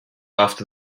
after